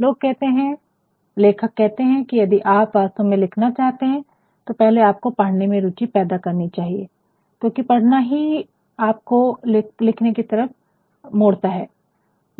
लोग कहते है लेखक कहते है कि यदि आप वास्तव में लिखना चाहते है तो पहले आपको पढ़ने में रूचि पैदा करनी चाहिए क्योकि पढ़ना ही आपको लिखने कि तरफ मोड़ता है